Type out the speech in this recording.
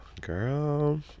girl